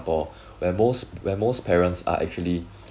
where most where most parents are actually